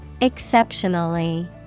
Exceptionally